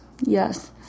Yes